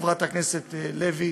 חברת הכנסת לוי,